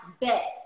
bet